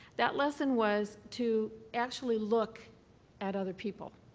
that lesson was to actually look at other people.